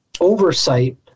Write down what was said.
oversight